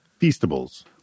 Feastables